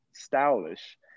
stylish